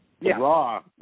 raw –